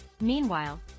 Meanwhile